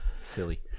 silly